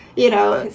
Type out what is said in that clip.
you know.